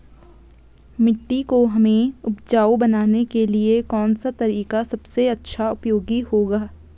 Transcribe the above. मिट्टी को हमें उपजाऊ बनाने के लिए कौन सा तरीका सबसे अच्छा उपयोगी होगा?